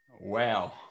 Wow